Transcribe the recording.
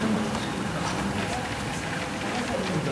אדוני היושב-ראש,